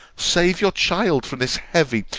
save your child, from this heavy,